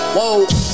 Whoa